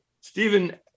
Stephen